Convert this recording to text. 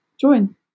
join